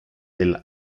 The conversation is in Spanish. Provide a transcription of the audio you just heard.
del